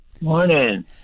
Morning